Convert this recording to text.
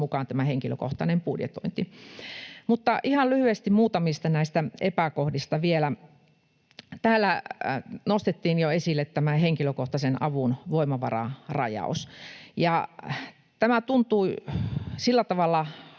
mukaan tämä henkilökohtainen budjetointi. Ihan lyhyesti muutamista näistä epäkohdista vielä. Täällä nostettiin jo esille henkilökohtaisen avun voimavararajaus, ja tämä tuntui sillä tavalla